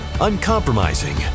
uncompromising